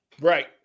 Right